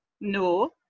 no